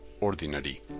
ordinary